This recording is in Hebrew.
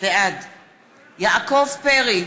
בעד יעקב פרי,